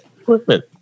Equipment